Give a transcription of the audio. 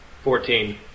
Fourteen